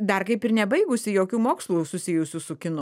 dar kaip ir nebaigusi jokių mokslų susijusių su kinu